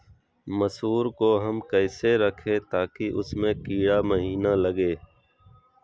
मसूर को हम कैसे रखे ताकि उसमे कीड़ा महिना लगे?